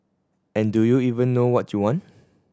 and do you even know what you want